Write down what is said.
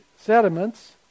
sediments